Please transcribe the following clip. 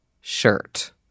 shirt